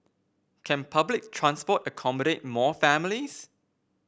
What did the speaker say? can public transport accommodate more families